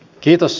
kiitos